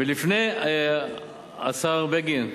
ולפני, השר בגין,